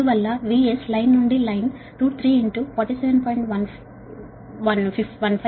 అందువల్ల లైన్ నుండి లైన్ ఉండే VS 3 47